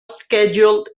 scheduled